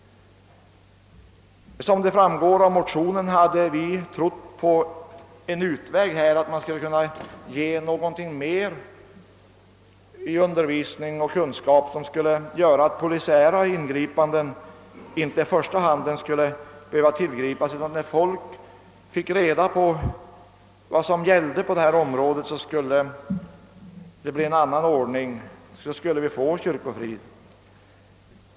Såsom framgår av motionerna hade vi trott att en utväg härvidlag skulle vara att ge någonting mer, att ge kunskaper som skulle göra att polisiära ingripanden inte i första hand behövde ske. Vi trodde att när folk fick reda på vad som gällde på området skulle det bli en annan ordning, och vi skulle få kyrkofrid.